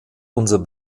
unser